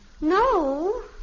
No